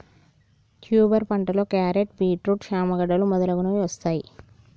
tuber పంటలో క్యారెట్లు, beetroot, చామ గడ్డలు మొదలగునవి వస్తాయ్